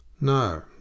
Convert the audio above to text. No